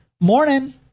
morning